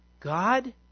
God